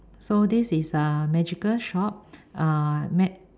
so this is uh magical shop uh ma~